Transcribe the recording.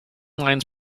lines